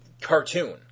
cartoon